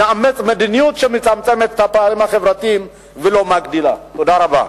מדיניות שמצמצמת את הפערים החברתיים ולא מגדילה אותם.